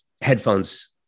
headphones